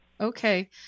Okay